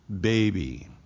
baby